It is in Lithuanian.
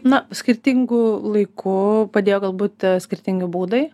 na skirtingu laiku padėjo galbūt skirtingi būdai